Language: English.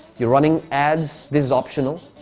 you're running ads, this is optional.